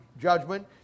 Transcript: judgment